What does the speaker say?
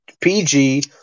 PG